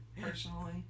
personally